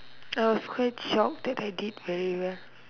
I was quite shocked that I did very well